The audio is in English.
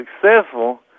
successful